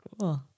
Cool